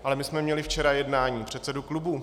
Ale my jsme měli včera jednání předsedů klubů.